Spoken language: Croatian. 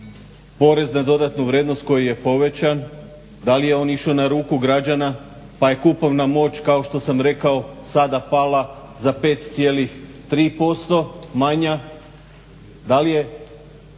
porez na dodatnu vrijednost koji je povećan, da li je on išao na ruku građana pa je kupovna moć kao što sam rekao sada pala za 5,3% manja. Da li je